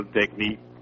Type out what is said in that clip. technique